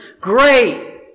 Great